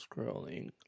Scrolling